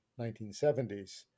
1970s